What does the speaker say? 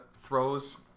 throws